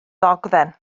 ddogfen